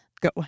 Go